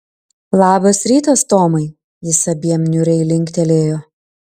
labas rytas tomai jis abiem niūriai linktelėjo